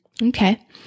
Okay